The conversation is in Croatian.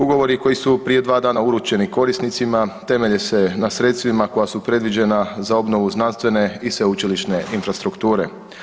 Ugovori koji su prije 2 dana uručeni korisnicima, temelje se na sredstvima koja su predviđena za obnovu znanstvene i sveučilišne infrastrukture.